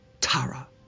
Tara